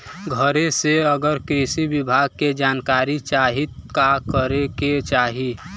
घरे से अगर कृषि विभाग के जानकारी चाहीत का करे के चाही?